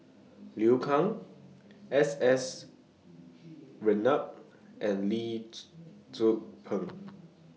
Liu Kang S S Ratnam and Lee Tzu Pheng